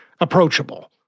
approachable